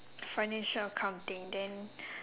financial accounting then